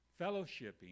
fellowshipping